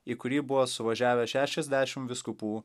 į kurį buvo suvažiavę šešiasdešim vyskupų